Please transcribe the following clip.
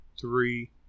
Three